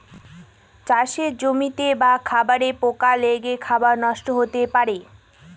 চাষের জমিতে বা খাবারে পোকা লেগে খাবার নষ্ট হতে পারে